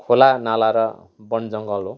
खोलानाला र वनजङ्गल हो